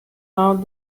out